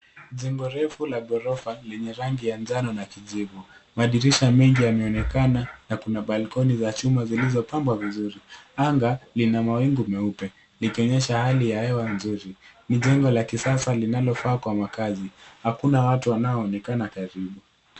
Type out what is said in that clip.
Jengo refu la ghorofa lenye rangi ya njano na kijivu. Madirisha mengi yameonekana na kuna balkoni za chuma zilizopambwa vizuri. Anga lina mawingu meupe, likionyesha hali ya hewa nzuri. Ni jengo la kisasa linalofaa kwa makazi. Hakuna watu wanaoonekana karibu.